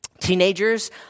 teenagers